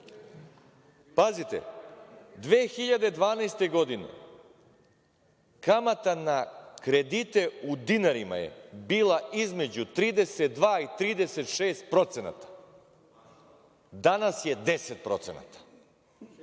Pazite, 2012. godine kamata na kredite u dinarima je bila između 32 i 36%, a danas je 10%, sa